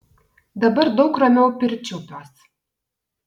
dabar daug ramiau pirčiupiuos